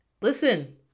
listen